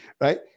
Right